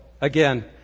again